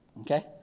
Okay